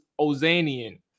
Ozanian